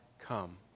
come